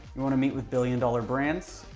you want to meet with billion dollar brands,